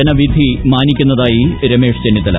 ജനവിധി മാനിക്കുന്നതായി രൂമേശ് ചെന്നിത്തല